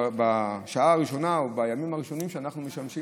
בשעה הראשונה או בימים הראשונים שאנחנו משמשים